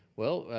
well,